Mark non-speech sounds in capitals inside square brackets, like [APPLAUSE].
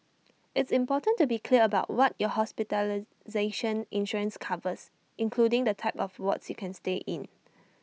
[NOISE] it's important to be clear about what your hospitalization insurance covers including the type of wards you can stay in